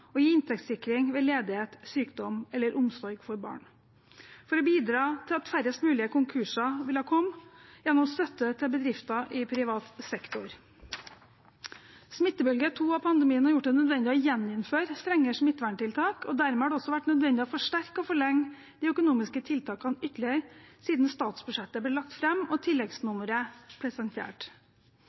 og gi inntektssikring ved ledighet, sykdom eller omsorg for barn og for å bidra til at færrest mulige konkurser ville komme, gjennom støtte til bedrifter i privat sektor. Smittebølge to av pandemien har gjort det nødvendig å gjeninnføre strengere smitteverntiltak, og dermed har det også vært nødvendig å forsterke og forlenge de økonomiske tiltakene ytterligere siden statsbudsjettet ble lagt fram og tilleggsnummeret presentert.